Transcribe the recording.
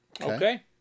Okay